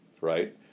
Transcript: right